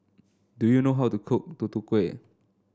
do you know how to cook Tutu Kueh